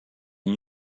new